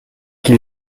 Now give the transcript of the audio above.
qui